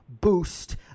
boost